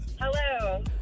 Hello